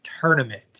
tournament